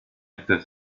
está